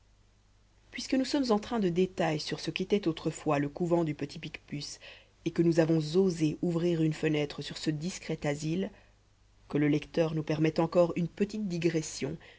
puisque nous sommes en train de détails sur ce qu'était autrefois le couvent du petit picpus et que nous avons osé ouvrir une fenêtre sur ce discret asile que le lecteur nous permette encore une petite digression